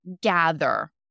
gather